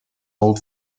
old